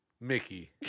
Mickey